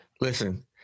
listen